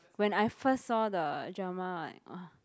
when I first saw the drama like